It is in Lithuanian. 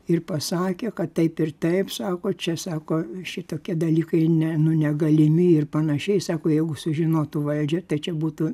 ir pasakė kad taip ir taip sako čia sako šitokie dalykai ne nu negalimi ir panašiai sako jeigu sužinotų valdžia tai čia būtų